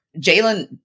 Jalen